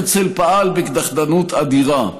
הרצל פעל בקדחתנות אדירה.